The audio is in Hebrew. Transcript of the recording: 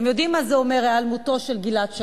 אתם יודעים מה זה אומר, היעלמותו של גלעד שליט.